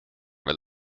veel